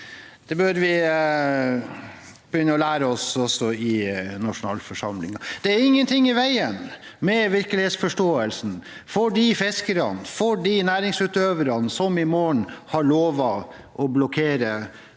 Det bør vi begynne å lære oss også i nasjonalforsamlingen. Det er ingen ting i veien med virkelighetsforståelsen til de fiskerne og de næringsutøverne som i morgen har lovet å blokkere